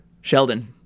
sheldon